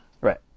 Right